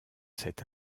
cet